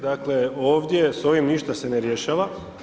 Dakle, ovdje sa ovim ništa se ne rješava.